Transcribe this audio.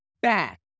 back